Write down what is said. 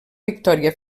victòria